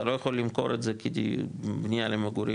אתה לא יכול למכור את זה כבנייה למגורים,